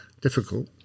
difficult